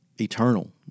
eternal